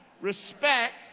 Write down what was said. Respect